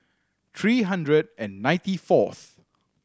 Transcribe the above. three hundred and ninety fourth